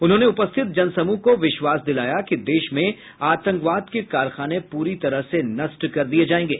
उन्होंने उपस्थित जनसमूह को विश्वास दिलाया कि देश में आतंकवाद के कारखाने पूरी तरह से नष्ट कर दिये जायेंगे